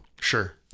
Sure